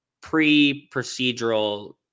pre-procedural